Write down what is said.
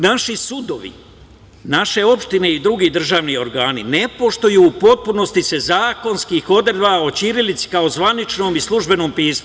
Naši sudovi, naše opštine i drugi državni organi ne poštuju u potpunosti zakonske odredbe o ćirilici kao zvaničnom i službenom pismu.